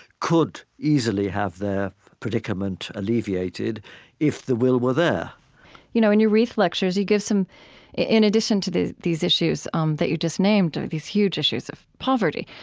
could easily have their predicament alleviated if the will were there you know in your reith lectures, you give some in addition to these issues um that you just named, these huge issues of poverty,